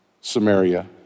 Samaria